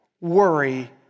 worry